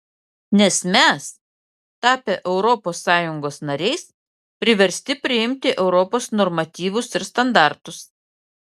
nes mes tapę europos sąjungos nariais priversti priimti europos normatyvus ir standartus